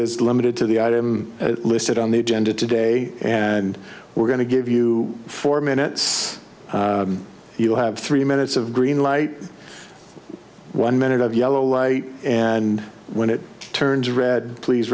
is limited to the item listed on the agenda today and we're going to give you four minutes you'll have three minutes of green light one minute of yellow light and when it turns red please